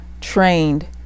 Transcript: trained